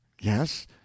yes